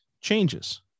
changes